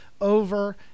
over